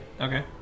Okay